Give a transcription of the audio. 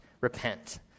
repent